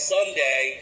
Sunday